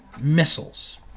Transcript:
missiles